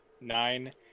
Nine